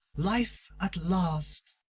life at last.